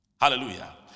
hallelujah